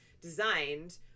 designed